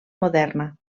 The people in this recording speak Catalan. moderna